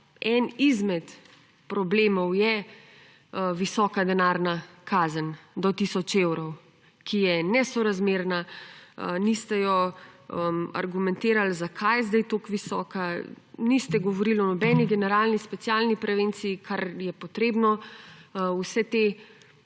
en izmed problemov je visoka denarna kazen do tisoč evrov, ki je nesorazmerna, niste jo argumentirali, zakaj je zdaj toliko visoka, niste govorili o nobeni generalni, specialni prevenciji, kar je potrebno vse te